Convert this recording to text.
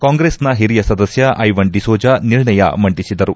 ಕಾಂಗ್ರೆಸ್ನ ಹಿರಿಯ ಸದಸ್ಯ ಏವನ್ ಡಿಸೋಜಾ ನಿರ್ಣಯ ಮಂಡಿಸಿದರು